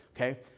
okay